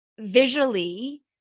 visually